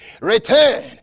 return